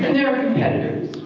there are competitors